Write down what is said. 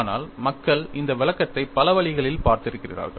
ஆனால் மக்கள் இந்த விளக்கத்தை பல வழிகளில் பார்த்திருக்கிறார்கள்